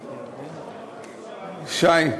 שי?